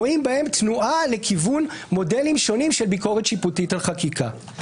רואים בהן תנועה לכיוון מודלים שונים של ביקורת שיפוטית על חקיקה.